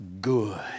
good